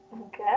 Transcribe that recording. Okay